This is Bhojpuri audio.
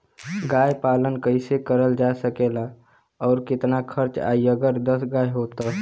गाय पालन कइसे करल जा सकेला और कितना खर्च आई अगर दस गाय हो त?